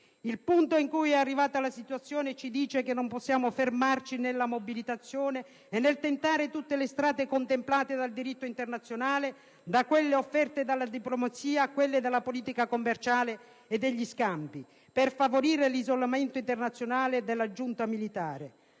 Il punto in cui è arrivata la situazione ci dice che non possiamo fermarci nella mobilitazione e nel tentare tutte le strade contemplate dal diritto internazionale, da quelle offerte dalla diplomazia, a quelle della politica commerciale e degli scambi, per favorire l'isolamento internazionale della giunta militare.